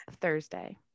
Thursday